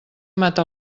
mata